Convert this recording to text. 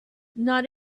not